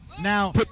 Now